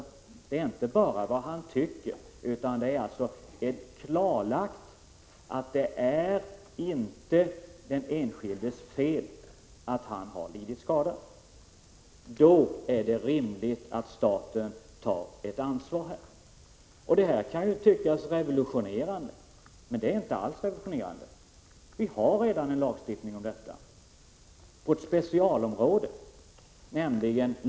Det är inte bara fråga om vad han tycker, utan det skall alltså vara klarlagt att det inte är den enskildes fel att han har lidit skada. Då är det rimligt att staten tar ett ansvar. Detta kan ju tyckas revolutionerande, men det är inte alls revolutionerande. Vi har redan en lagstiftning om detta på ett specialområde.